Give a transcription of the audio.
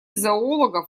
зоологов